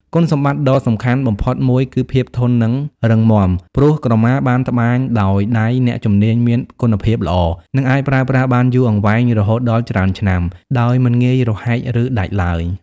គុណសម្បត្តិដ៏សំខាន់បំផុតមួយគឺ ភាពធន់និងរឹងមាំ ព្រោះក្រមាបានត្បាញដោយដៃអ្នកជំនាញមានគុណភាពល្អ និងអាចប្រើប្រាស់បានយូរអង្វែងរហូតដល់ច្រើនឆ្នាំ ដោយមិនងាយរហែកឬដាច់ឡើយ។